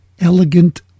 elegant